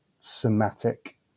somatic